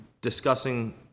discussing